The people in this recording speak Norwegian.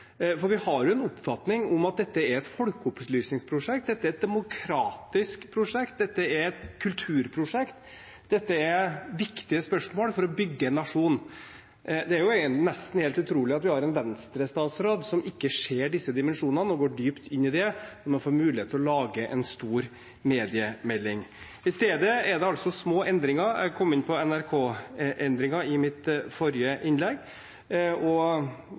for vi har en oppfatning av at dette er et folkeopplysningsprosjekt, dette er et demokratisk prosjekt, dette er et kulturprosjekt, dette er viktige spørsmål for å bygge en nasjon. Det er nesten helt utrolig at vi har en Venstre-statsråd som ikke ser disse dimensjonene og går dypt inn i det, når man får mulighet til å lage en stor mediemelding. I stedet er det altså små endringer. Jeg kom inn på NRK-endringen i mitt forrige innlegg.